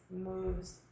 moves